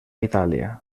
itàlia